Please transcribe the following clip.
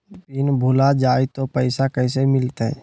Pin भूला जाई तो पैसा कैसे मिलते?